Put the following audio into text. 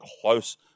close